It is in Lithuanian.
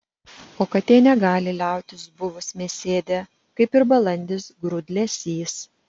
o katė negali liautis buvus mėsėdė kaip ir balandis grūdlesys